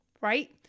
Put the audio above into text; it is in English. Right